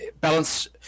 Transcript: balance